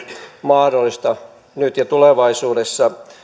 mahdollista jo nyt ja tulevaisuudessa kun